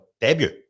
debut